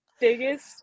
biggest